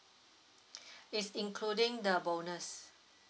is including the bonus